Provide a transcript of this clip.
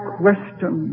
question